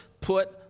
put